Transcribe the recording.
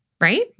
Right